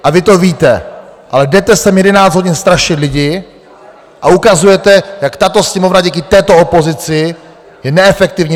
A vy to víte, ale jdete sem jedenáct hodin strašit lidi a ukazujete, jak tato Sněmovna díky této opozici je neefektivní.